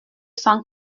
cent